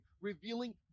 revealing